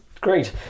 great